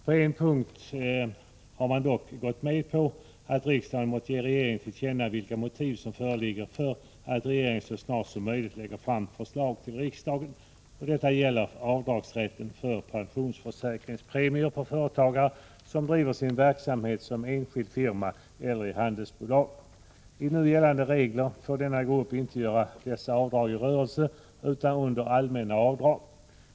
På en punkt har man dock gått med på att riksdagen måtte ge regeringen till känna motiv som föreligger för att regeringen så snart som möjligt skall lägga fram förslag till riksdagen, nämligen beträffande rätten till avdrag för pensionsförsäkringspremier för företagare som driver sin verksamhet som enskild firma eller i handelsbolag. Enligt nu gällande regler får denna grupp inte göra dessa avdrag i rörelsen, utan endast under allmänna avdrag.